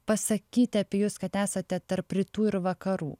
pasakyti apie jus kad esate tarp rytų ir vakarų